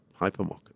hypermarket